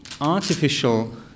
artificial